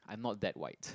I'm not that white